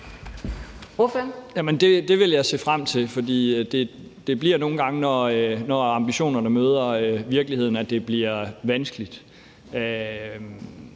Det vil jeg se frem til, for det er nogle gange, når ambitionerne møder virkeligheden, at det bliver det vanskeligt.